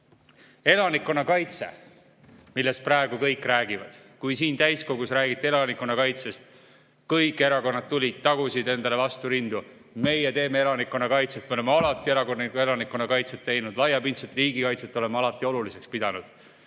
Elanikkonnakaitse, millest praegu kõik räägivad. Kui siin täiskogus räägiti elanikkonnakaitsest, siis kõik erakonnad tulid, tagusid endale vastu rindu, et meie [arendame] elanikkonnakaitset, me oleme alati elanikkonnakaitset [arendanud], laiapindset riigikaitset oleme alati oluliseks pidanud.